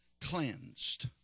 cleansed